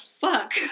fuck